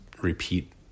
repeat